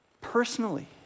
Personally